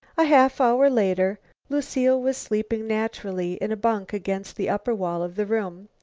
a half-hour later lucile was sleeping naturally in a bunk against the upper wall of the room.